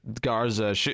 Garza